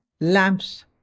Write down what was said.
lamps